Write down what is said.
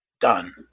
Done